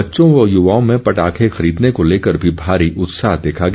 बच्चों व युवाओं में पटाखे खरीदने को लेकर भी भारी उत्साह देखा गया